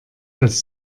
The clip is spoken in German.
als